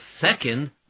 second